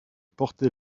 portait